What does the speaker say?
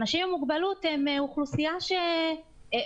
אנשים עם מוגבלות הם אוכלוסייה שהיא